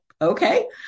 okay